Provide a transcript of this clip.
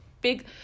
big